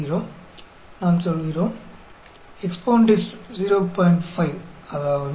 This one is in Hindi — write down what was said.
तो हम एक्सेल फ़ंक्शन पर जाते हैं